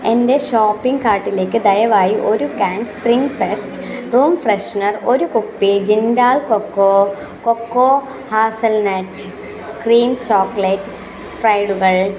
എന്റെ ഷോപ്പിംഗ് കാർട്ടിലേക്ക് ദയവായി ഒരു can spring fest room freshener ഒരു കുപ്പി Jindal coco coco hazelnut cream chocolate സ്പ്രെഡുകൾ